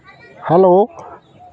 hello